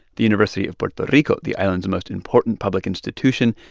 the university of puerto rico, the island's most important public institution,